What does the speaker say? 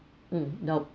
um nope